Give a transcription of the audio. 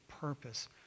purpose